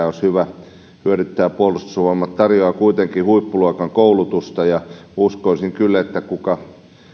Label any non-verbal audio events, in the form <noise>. <unintelligible> olisi hyvä hyödyntää puolustusvoimat tarjoaa kuitenkin huippuluokan koulutusta ja uskoisin kyllä että kuka